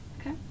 okay